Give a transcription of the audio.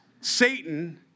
Satan